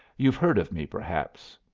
you've heard of me, perhaps.